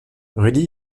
rudy